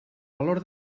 valor